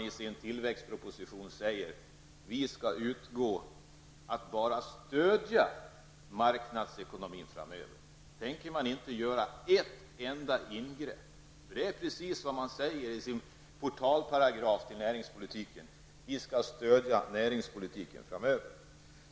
I tillväxtpropositionen säger man bara att vi skall stödja marknadsekonomin framöver. Tänker man inte göra ett enda ingrepp? Det man säger i sin portalparagraf beträffande näringspolitiken är just att man skall stödja näringspolitiken framöver.